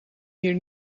hier